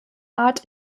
art